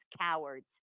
cowards